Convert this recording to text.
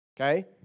okay